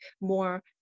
more